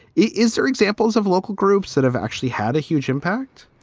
is there examples of local groups that have actually had a huge impact?